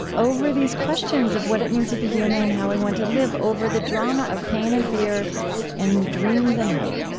over these questions of what it means to be human and how we want to live, over the drama of pain and fear and dreams and hope